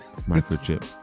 microchip